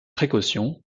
précaution